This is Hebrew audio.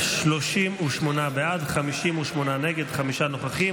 38 בעד, 58 נגד, חמישה נוכחים.